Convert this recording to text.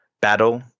battle